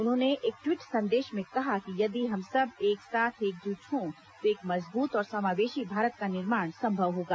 उन्होंने एक ट्वीट संदेश में कहा कि यदि हम सब एक साथ एकजुट हों तो एक मजबूत और समावेशी भारत का निर्माण संभव होगा